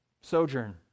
Sojourn